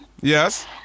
Yes